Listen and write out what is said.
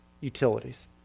Utilities